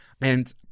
And-